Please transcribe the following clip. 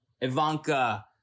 Ivanka